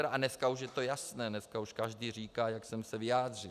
A dneska už je to jasné, dneska už každý říká, jak jsem se vyjádřil.